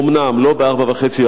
אומנם לא ב-04:30,